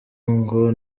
ngo